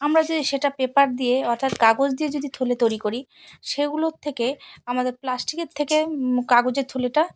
আমরা যেদি সেটা পেপার দিয়ে অর্থাৎ কাগজ দিয়ে যদি থলে তৈরি করি সেগুলোর থেকে আমাদের প্লাস্টিকের থেকে কাগজের থলেটা